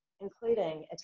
including